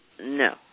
No